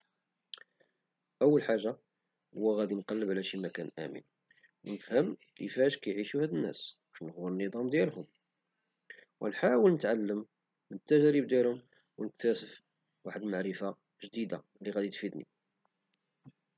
أول حاجة هو نقلب على شي مكان آمن ونشوف كيفاش كيعيشو هد الناس ونفهم النظام ديالهم، عنحاول نتعلم من التجارب ديالهم ونكتسب واحد المعرفة جديدة لي غدي تفيدني.